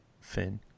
fin